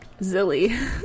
Zilly